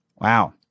Wow